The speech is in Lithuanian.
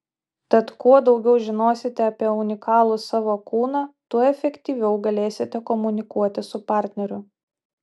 tad kuo daugiau žinosite apie unikalų savo kūną tuo efektyviau galėsite komunikuoti su partneriu